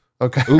Okay